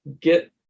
get